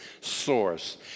source